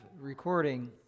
recording